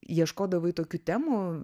ieškodavai tokių temų